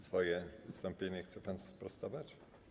Swoje wystąpienie chce pan sprostować?